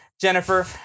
Jennifer